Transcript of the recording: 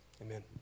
Amen